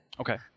Okay